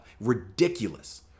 ridiculous